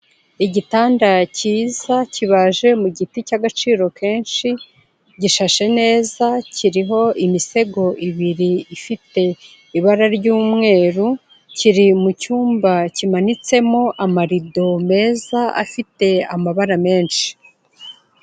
Igitanda kiza, kibaje mu giti cy'agaciro kenshi, gishashe neza, kiriho imisego ibiri, ifite ibara ry'umweru, kiri mu cyumba kimanitsemo amarido meza, afite amabara menshi.